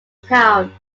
town